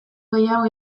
gehiago